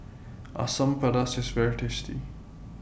Asam Pedas IS very tasty